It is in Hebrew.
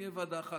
תהיה ועדה אחת,